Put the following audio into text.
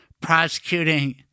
prosecuting